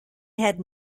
had